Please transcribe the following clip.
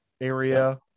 area